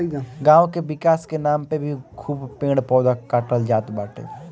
गांव के विकास के नाम पे भी खूब पेड़ पौधा काटल जात बाटे